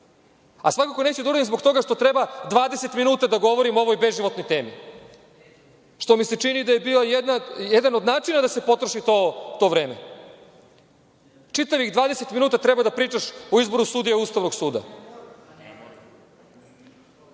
Svakako neću da uradim zbog toga što treba 20 minuta da govorim o ovoj beživotnoj temi, što je bio jedan od načina da se potroši to vreme. Čitavih 20 minuta treba da pričaš o izboru sudija Ustavnog